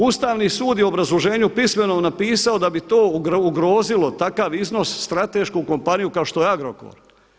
Ustavni sud je u obrazloženju pismenom napisao da bi to ugrozilo takav iznos, stratešku kompaniju kao što je Agrokor.